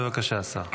בבקשה, השר.